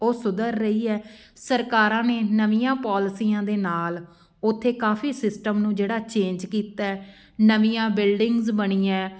ਉਹ ਸੁਧਰ ਰਹੀ ਹੈ ਸਰਕਾਰਾਂ ਨੇ ਨਵੀਆਂ ਪੋਲਸੀਆਂ ਦੇ ਨਾਲ਼ ਉੱਥੇ ਕਾਫ਼ੀ ਸਿਸਟਮ ਨੂੰ ਜਿਹੜਾ ਚੇਂਜ ਕੀਤਾ ਨਵੀਆਂ ਬਿਲਡਿੰਗਸ ਬਣੀਆਂ